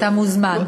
אתה מוזמן.